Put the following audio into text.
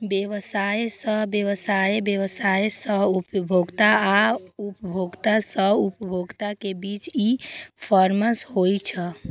व्यवसाय सं व्यवसाय, व्यवसाय सं उपभोक्ता आ उपभोक्ता सं उपभोक्ता के बीच ई कॉमर्स होइ छै